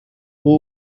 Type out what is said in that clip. who